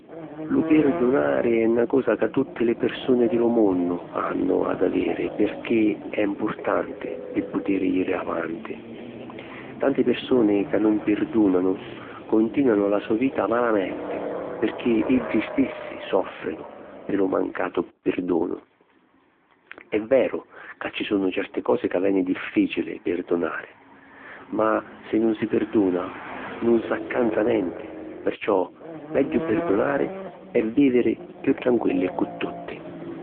Lu pirdunari è na cosa ca tutti li pirsuni di lu munnu hannu ad aviri pirchì è mpurtanti pi putiri jiri avanti. Tanti pirsuni ca nun pirdùnanu contìnuanu la so vita malamenti pirchì iddi stissi sòffrinu pi lu mancatu pirdunu. È veru ca ci sunnu certi cosi ca veni dìfficili pirdunari, ma si nun si pirduna nun s'accanza nenti perciò megghiu pirdunari e vìviri chiù tranquilli cu tutti.